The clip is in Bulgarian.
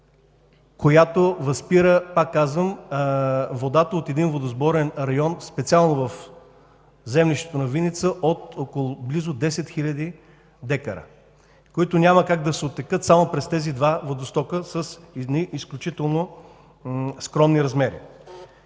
която възпира, пак казвам, водата от един водосборен район, специално в землището на село Виница, от около близо 10 хиляди декара, които няма как да се оттекат само през тези два водоскока с изключително скромни размери.